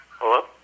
Hello